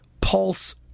pulse